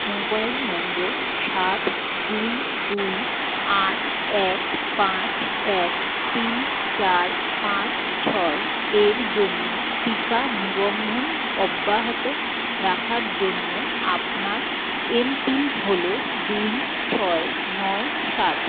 mobile নম্বর সাত দুই দুই আট এক পাঁচ এক তিন চার পাঁচ ছয় এর জন্য টিকা নিবন্ধন অব্যাহত রাখার জন্য আপনার এমপিন হলো দুই ছয় নয় সাত